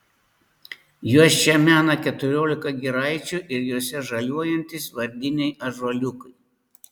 juos čia mena keturiolika giraičių ir jose žaliuojantys vardiniai ąžuoliukai